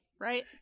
right